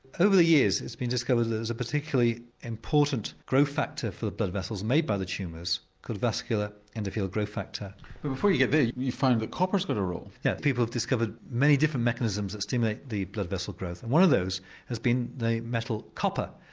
over the years it's been discovered there's a particularly important growth factor for the blood vessels made by the tumours, called vascular and endothelial growth factor. but before you get there, you find that copper's got a role. yes, people have discovered many different mechanisms that stimulate the blood vessel growth, and one of those has been the metal copper.